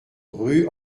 rue